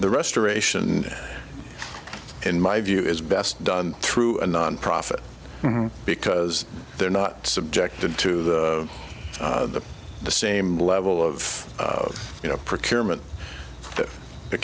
the restoration in my view is best done through a nonprofit because they're not subjected to the the the same level of you know